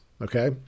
okay